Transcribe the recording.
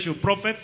prophet